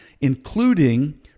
including